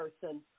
person